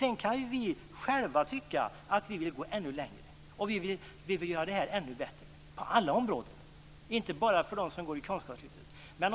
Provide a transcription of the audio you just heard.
Sedan kan vi själva tycka att vi vill gå ännu längre och att vi vill göra det här ännu bättre på alla områden, inte bara för dem som går i kunskapslyftet.